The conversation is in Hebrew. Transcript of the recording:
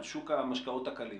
על שוק המשקאות הקלים,